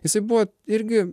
jisai buvo irgi